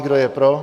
Kdo je pro?